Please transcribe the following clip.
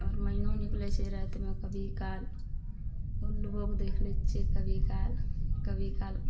आओर मैनो निकलय छै रातिमे कभी काल उल्लुओ के देख लै छियै कभी काल कभी काल